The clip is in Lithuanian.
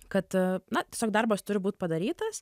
kad na tiesiog darbas turi būt padarytas